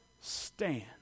stand